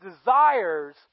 desires